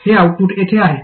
हे आऊटपुट येथे आहे